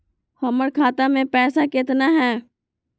हमर खाता मे पैसा केतना है?